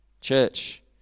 Church